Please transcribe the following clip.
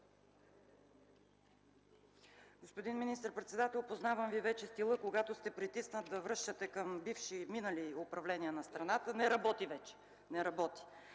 Господин министър-председател, познавам Ви вече стила. Когато сте притиснат, да връщате към бивши, минали управления на страната – не работи вече. Не работи!